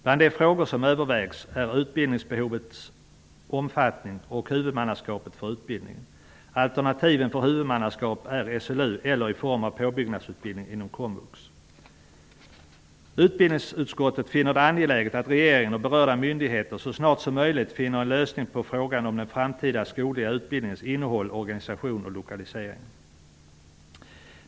Bland de frågor som övervägs är utbildningsbehovets omfattning och huvudmannaskapet för utbildningen. Alternativen för huvudmannaskap är SLU eller komvux, och då i form av en påbyggnadsutbildning. Utbildningsutskottet finner det angeläget att regeringen och berörda myndigheter så snart som möjligt finner en lösning på frågan om den framtida skogliga utbildningens innehåll, organisation och lokalisering.